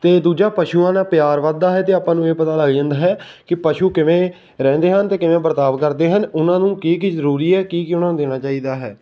ਅਤੇ ਦੂਜਾ ਪਸ਼ੂਆਂ ਨਾਲ ਪਿਆਰ ਵੱਧਦਾ ਹੈ ਅਤੇ ਆਪਾਂ ਨੂੰ ਇਹ ਪਤਾ ਲੱਗ ਜਾਂਦਾ ਹੈ ਕਿ ਪਸ਼ੂ ਕਿਵੇਂ ਰਹਿੰਦੇ ਹਨ ਅਤੇ ਕਿਵੇਂ ਵਰਤਾਓ ਕਰਦੇ ਹਨ ਉਹਨਾਂ ਨੂੰ ਕੀ ਕੀ ਜ਼ਰੂਰੀ ਹੈ ਕੀ ਕੀ ਉਹਨਾਂ ਨੂੰ ਦੇਣਾ ਚਾਹੀਦਾ ਹੈ